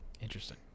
Interesting